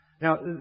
Now